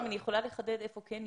אם אני יכולה לחדד איפה כן יש,